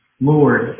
Lord